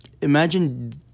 imagine